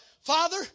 Father